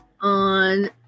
on